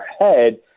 head